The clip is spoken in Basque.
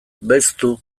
belztu